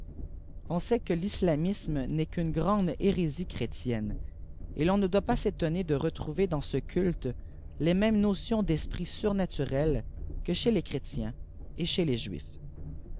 on sait que l'islamisme n'est qu'une grande hérésie chrétienne et ton ne doit pas s'étonner de retrouver dans cé culte les mômes notions d'esprits surnaturels quo chez les chrétiens et les juifs